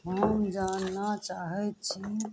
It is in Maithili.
हम जानऽ चाहैत छी